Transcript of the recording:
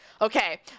okay